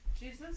Jesus